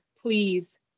please